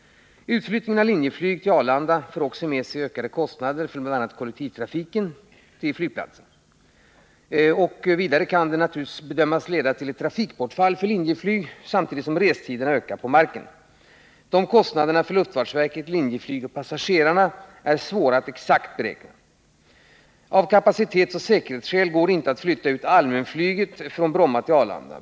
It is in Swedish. Utflyttning av Linjeflygs verksamhet till Arlanda för också med sig ökade kostnader för bl.a. kollektivtrafiken till flygplatsen. En utflyttning bedöms vidare leda till ett trafikbortfall för Linjeflyg, samtidigt som restiderna på marken ökar. Dessa kostnader för luftfartsverket, Linjeflyg och passagerarna är dock svåra att exakt beräkna. Av kapacitetsoch säkerhetsskäl går det inte att flytta ut allmänflyget från Bromma till Arlanda.